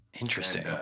interesting